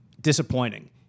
disappointing